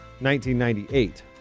1998